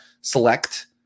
Select